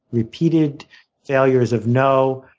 repeated failures of no.